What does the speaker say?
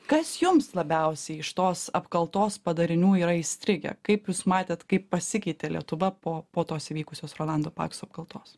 kas jums labiausiai iš tos apkaltos padarinių yra įstrigę kaip jūs matėt kaip pasikeitė lietuva po po tos įvykusios rolando pakso apkaltos